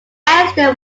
accident